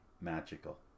magical